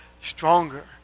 stronger